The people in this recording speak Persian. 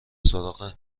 سراغ